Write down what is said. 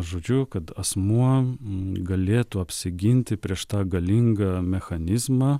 žodžiu kad asmuo galėtų apsiginti prieš tą galingą mechanizmą